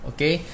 Okay